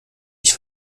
ich